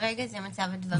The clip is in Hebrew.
כרגע זה מצב הדברים.